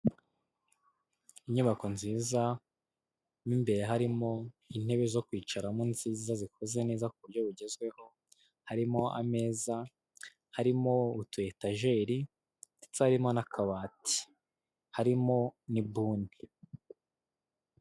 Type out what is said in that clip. Inyubako nziza mo imbere harimo intebe zo kwicaramo nziza zikoze neza ku buryo bugezweho, harimo ameza, harimo utu etajeri, ndetse harimo n'akabati harimo n'ibuni.